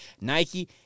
Nike